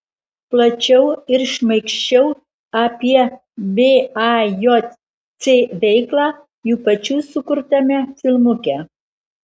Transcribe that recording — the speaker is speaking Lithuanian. plačiau ir šmaikščiau apie vajc veiklą jų pačių sukurtame filmuke